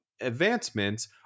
advancements